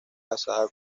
casada